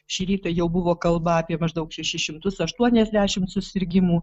šį rytą jau buvo kalba apie maždaug šešis šimtus aštuoniasdešimt susirgimų